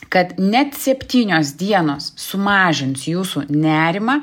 kad net septynios dienos sumažins jūsų nerimą